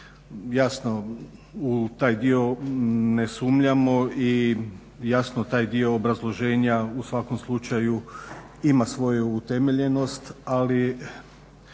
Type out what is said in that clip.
Jasno u taj dio ne sumnjamo i jasno taj dio obrazloženja u svakom slučaju ima svoju utemeljenost, ali